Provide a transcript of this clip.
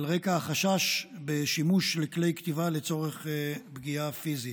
על רקע החשש משימוש בכלי כתיבה לצורך פגיעה פיזית.